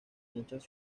muchas